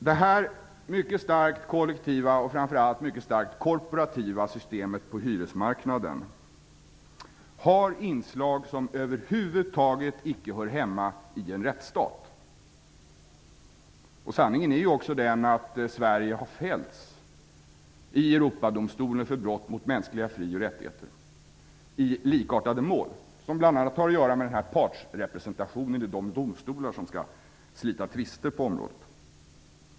Detta mycket starkt kollektiva, och framför allt mycket starkt korporativa, system på hyresmarknaden har inslag som över huvud taget icke hör hemma i en rättsstat. Sanningen är också den att Sverige har fällts i Europadomstolen för brott mot mänskliga fri och rättigheter i likartade mål, vilket bl.a. har att göra med partsrepresentationen i de domstolar som slita tvister på området.